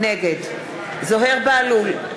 נגד זוהיר בהלול,